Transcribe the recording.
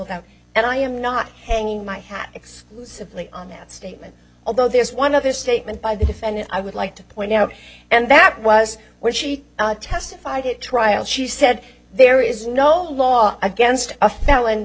doubt and i am not hanging my hat exclusively on that statement although there's one of his statement by the defendant i would like to point out and that was where she testified at trial she said there is no law against a